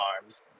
arms